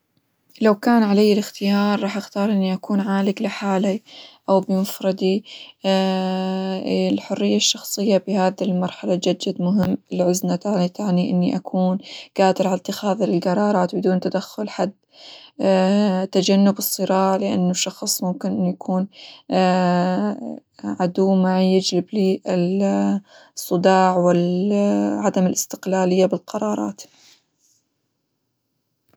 لو كان علي الإختيار راح أختار إني أكون عالق لحالي، أو بمفردي، الحرية الشخصية بهذي المرحلة جد جد مهم، العزلة -تعني- تعني إني أكون قادرة على إتخاذ القرارات بدون تدخل أحد، تجنب الصراع لإنه الشخص ممكن إنه يكون عدو معى يجلب لى الصداع، و عدم الاستقلالية بالقرارات.